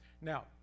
Now